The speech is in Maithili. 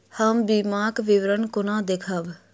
हम बीमाक विवरण कोना देखबै?